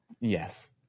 yes